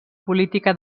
política